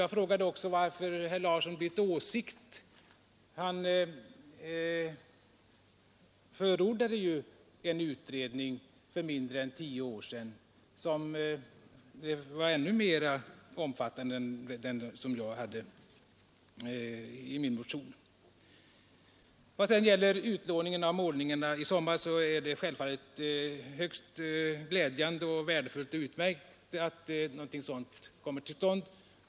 Jag frågade också varför herr Larsson i Vänersborg bytt åsikt. Han förordade ju tidigare en utredning som var ännu mera omfattande än den jag föreslagit i min motion. Vad sedan gäller utlåningen av målningarna i sommar, så är det självfallet högst glädjande och alldeles utmärkt att den kommer till stånd.